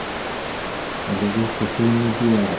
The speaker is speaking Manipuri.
ꯑꯗꯨꯒ ꯁꯣꯁꯦꯜ ꯃꯦꯗꯤꯌꯥꯗ